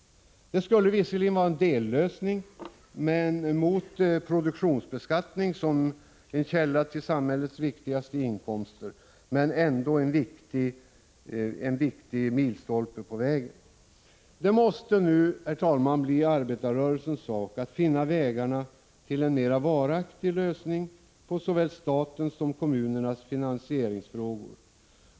Det skulle visserligen vara en dellösning men ändå en viktig milstolpe på vägen mot produktionsbeskattning som en källa till samhällets viktigaste inkomster. Det måste nu, herr talman, bli arbetarrörelsens sak att finna vägen till en mer varaktig lösning på såväl statens som kommunernas finansieringsfrågor.